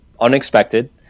unexpected